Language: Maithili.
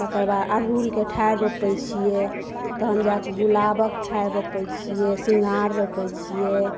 तकरबाद अड़हुल के ठारि रोपै छियै तहन जाकऽ गुलाबक ठारि रोपै छियै सिंघरार रोपै छियै